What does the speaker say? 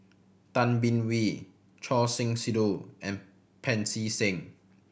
Tay Bin Wee Choor Singh Sidhu and Pancy Seng